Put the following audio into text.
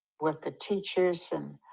what the teachers, and